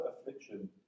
affliction